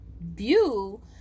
view